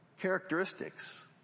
characteristics